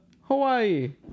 Hawaii